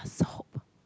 soap